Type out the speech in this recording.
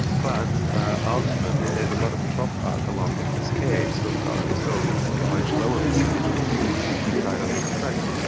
but ultimately there is a lot of dropout along the cascade, so so we see a much lower percentage of people being virally suppressed.